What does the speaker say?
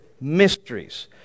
mysteries